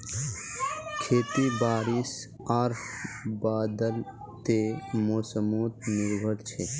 खेती बारिश आर बदलते मोसमोत निर्भर छे